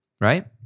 right